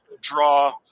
draw